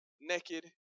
naked